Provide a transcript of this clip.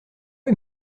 est